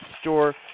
Store